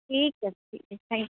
ਠੀਕ ਹੈ ਠੀਕ ਹੈ ਥੈਂਕ